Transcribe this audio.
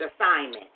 assignment